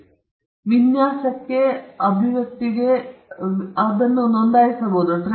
ಅದೇ ವಿನ್ಯಾಸಕ್ಕೆ ವಿನ್ಯಾಸಗಳನ್ನು ವಿವರಿಸಬಹುದು ಮತ್ತು ಅವುಗಳನ್ನು ನೋಂದಾಯಿಸಬಹುದು